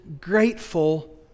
grateful